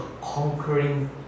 conquering